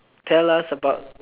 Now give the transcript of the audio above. tell us about